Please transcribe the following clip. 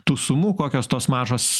tų sumų kokios tos mažos